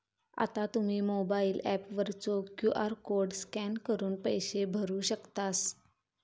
आता तुम्ही mobile app वरचो क्यू.आर कोड स्कॅन करून पैसे भरू शकतास